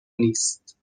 نیست